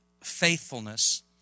faithfulness